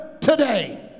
today